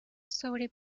sobre